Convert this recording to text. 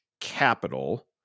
Capital